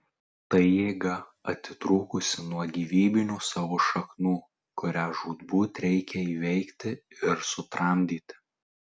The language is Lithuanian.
tai jėga atitrūkusi nuo gyvybinių savo šaknų kurią žūtbūt reikia įveikti ir sutramdyti